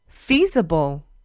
feasible